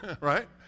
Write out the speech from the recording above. Right